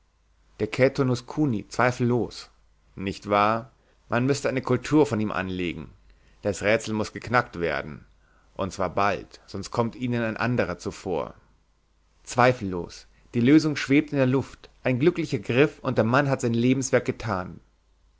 der chaetonotus chuni zweifellos nicht wahr man müßte eine kultur von ihm anlegen das rätsel muß geknackt werden und zwar bald sonst kommt ihnen ein anderer zuvor zweifellos die lösung schwebt in der luft ein glücklicher griff und der mann hat sein lebenswerk getan